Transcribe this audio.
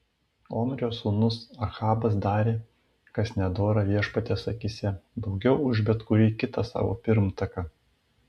omrio sūnus ahabas darė kas nedora viešpaties akyse daugiau už bet kurį kitą savo pirmtaką